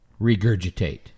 regurgitate